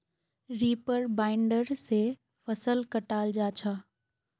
reaper binder से फसल कटाल जा छ